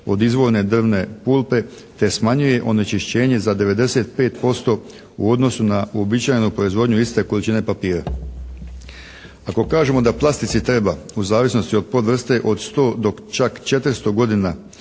se ne razumije./ … te smanjuje onečišćenje za 95% u odnosu na uobičajenu proizvodnju iste količine papira. Ako kažemo da plastici treba u zavisnosti od podvrste od 100 do čak 400 godina